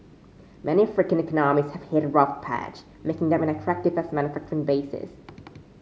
many African economies have hit a rough patch making them unattractive as manufacturing bases